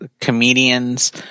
comedians